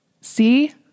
See